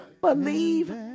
believe